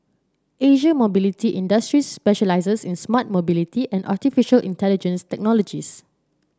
Asia Mobility Industries specialises in smart mobility and artificial intelligence technologies